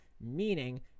meaning